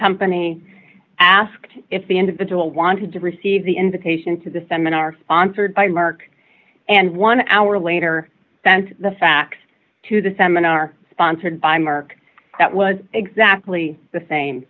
company asked if the individual wanted to receive the invitation to the seminar sponsored by merck and one hour later sent the fax to the seminar sponsored by mark that was exactly the same